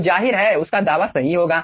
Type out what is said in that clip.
तो जाहिर है उसका दावा सही होगा